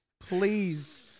Please